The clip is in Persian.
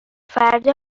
فردا